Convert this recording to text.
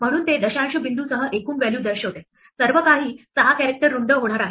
म्हणून ते दशांश बिंदूसह एकूण व्हॅल्यू दर्शवते सर्व काही 6 कॅरेक्टर रुंद होणार आहे